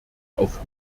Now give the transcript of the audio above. auf